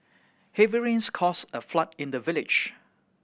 heavy rains caused a flood in the village